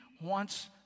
wants